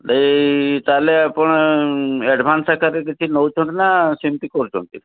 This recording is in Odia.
ଏଇ ତାହେଲେ ଆପଣ ଆଡ଼ଭାନ୍ସ୍ ଆକାରରେ କିଛି ନେଉଛନ୍ତି ନା ସେମିତି କରୁଛନ୍ତି